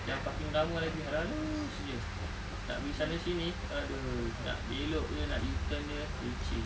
yang parking lama lagi halus-halus jer nak pergi sana sini !aduh! nak belok jer nak u-turn jer leceh